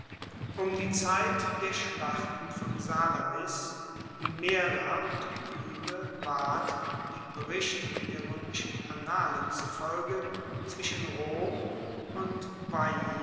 um die zeit der schlachten von salamis himera und kyme ward dem berichte der roemischen annalen zufolge zwischen rom und